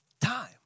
Time